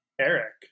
Eric